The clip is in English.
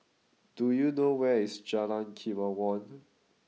do you know where is Jalan Kemajuan